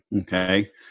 okay